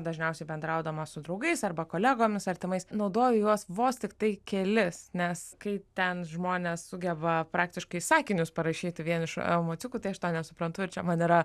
dažniausiai bendraudama su draugais arba kolegomis artimais naudojo juos vos tiktai kelis nes kai ten žmonės sugeba praktiškai sakinius parašyti vien iš emociukų tai aš to nesuprantu ir čia man yra